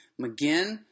McGinn